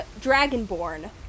dragonborn